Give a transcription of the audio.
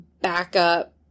backup